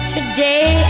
Today